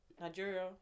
Nigeria